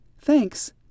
Thanks